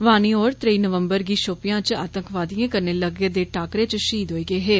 वानी होर त्रेई नवम्बर गी पौपियां च आतंकवादिएं कन्नै गलदे टाकरे च षहीद होई गे हे